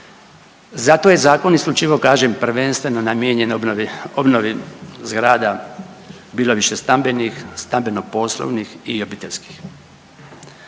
Zato je zakon isključivo kažem prvenstveno namijenjen obnovi, obnovi zgrada, bilo višestambenih, stambeno-poslovnih i obiteljskih.